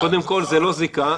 קודם כל זה לא זיקה,